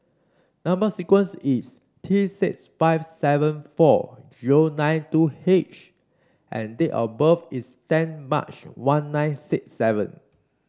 number sequence is T six five seven four zero nine two H and date of birth is ten March one nine six seven